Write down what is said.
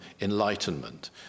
enlightenment